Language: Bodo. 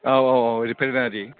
औ औ औ रिफायनारि